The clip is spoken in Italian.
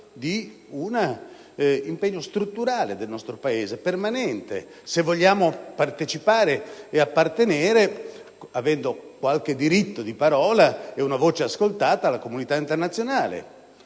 di un impegno strutturale e permanente del nostro Paese, se vogliamo partecipare e appartenere, avendo qualche diritto di parola e una voce ascoltata, alla comunità internazionale.